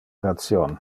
ration